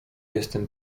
jestem